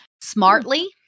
Smartly